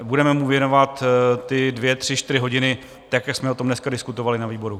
Budeme mu věnovat ty dvě, tři, čtyři hodiny, jak jsme o tom dneska diskutovali na výboru.